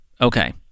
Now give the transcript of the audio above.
Okay